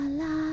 la